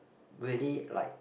really like